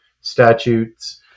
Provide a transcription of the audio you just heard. statutes